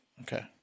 Okay